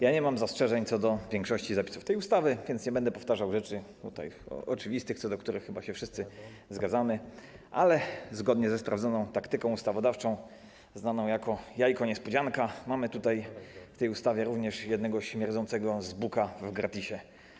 Ja nie mam zastrzeżeń co do większości zapisów tej ustawy, więc nie będę powtarzał rzeczy oczywistych, co do których chyba się wszyscy zgadzamy, ale zgodnie ze sprawdzoną taktyką ustawodawczą znaną jako jajko niespodzianka mamy w tej ustawie również jednego śmierdzącego zbuka w gratisie.